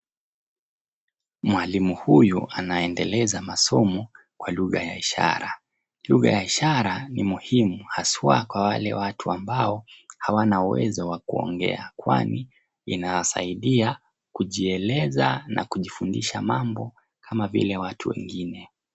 Mwalimu huyu anaendeleza masomo kwa lugha ya ishara. Lugha ya ishara ni muhimu haswa kwa wale watu ambao hawana uwezo wa kuongea kwani inawasaidia kujieleza na kujifundisha mambo kama vile watu wengine.